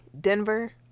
Denver